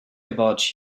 about